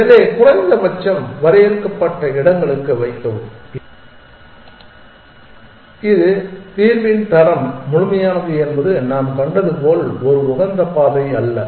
எனவே குறைந்த பட்சம் வரையறுக்கப்பட்ட இடங்களுக்கு வைக்கவும் இது தீர்வின் தரம் முழுமையானது என்பது நாம் கண்டது போல் ஒரு உகந்த பாதை அல்ல